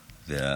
המזכיר.